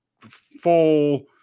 full